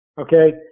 okay